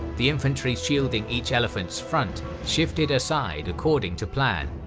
the infantry shielding each elephants' front shifted aside according to plan,